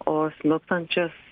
o smilkstančias